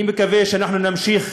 אני מקווה שאנחנו נמשיך